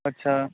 ਅੱਛਾ